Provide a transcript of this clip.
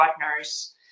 partners